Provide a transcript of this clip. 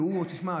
שאומרים לו: תשמע,